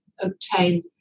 obtain